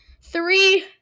three